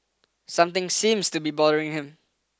something seems to be bothering him